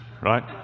right